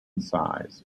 size